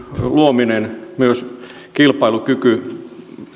luominen myös kilpailukyky